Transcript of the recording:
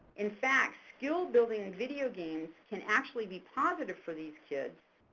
in fact, skill building video games can actually be positive for these kids.